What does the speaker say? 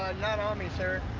not on me, sir.